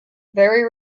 very